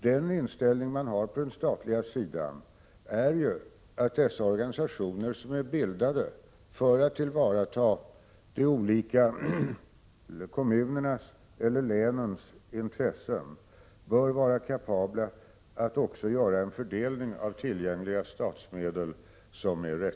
Den inställning man har på den statliga sidan är att dessa organisationer, som är bildade för att tillvarata de olika kommunernas eller länens intressen, bör vara kapabla att också göra en rättvis fördelning av tillgängliga statsmedel.